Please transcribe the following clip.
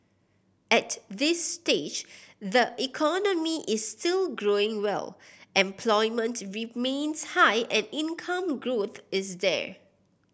at this stage the economy is still growing well employment remains high and income growth is there